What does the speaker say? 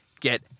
get